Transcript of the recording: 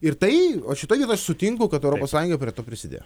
ir tai o šitoj sutinku kad europos sąjunga prie to prisidėjo